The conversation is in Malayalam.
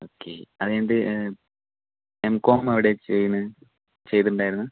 ഓക്കേ അത്കഴിഞ്ഞു എംകോം എവിടെയാണ് ചെയ്യണേ ചെയ്തിട്ടുണ്ടായിരുന്നത്